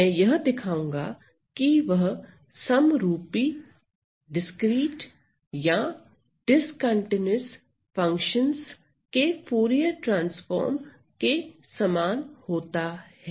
मैं यह दिखाऊंगा कि वह समरूपी डिस्क्रीट या डिस्कंटीन्यूअस फंक्शनस के फूरिये ट्रांसफार्म के समान होता है